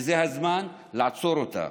וזה הזמן לעצור אותה.